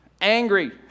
Angry